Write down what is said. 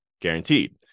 guaranteed